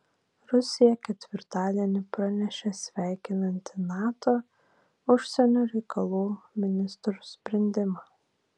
rusija ketvirtadienį pranešė sveikinanti nato užsienio reikalų ministrų sprendimą